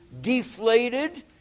deflated